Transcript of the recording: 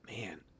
man